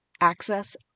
access